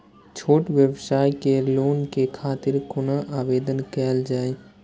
छोट व्यवसाय के लोन के खातिर कोना आवेदन कायल जाय?